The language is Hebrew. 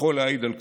יכול להעיד על כך.